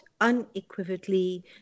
unequivocally